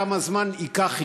כמה זמן שייקח,